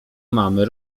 mamy